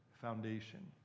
foundation